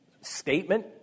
statement